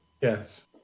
Yes